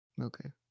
Okay